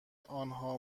آنها